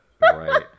Right